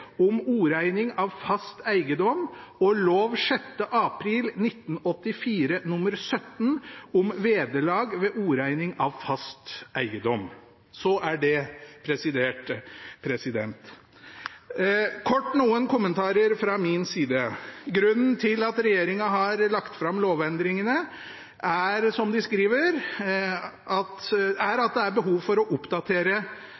om oreigning av fast eigedom og lov 6. april 1984 nr. 17 om vederlag ved oreigning av fast eigedom.» Så er det presisert. Kort noen kommentarer fra min side: Grunnen til at regjeringen har lagt fram lovendringene, er, som de skriver, at det er